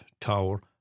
tower